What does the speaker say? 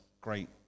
great